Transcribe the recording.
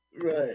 Right